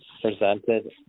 presented